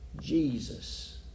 Jesus